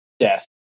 death